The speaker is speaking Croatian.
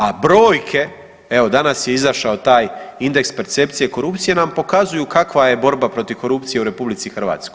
A brojke, evo danas je izašao taj indeks percepcije korupcije nam pokazuju kakva je borba protiv korupcije u RH.